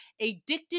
Addicted